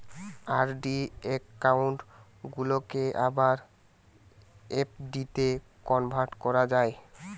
RD account গুলাকে আবার এফ.ডিতে কনভার্ট করা যায়